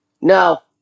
No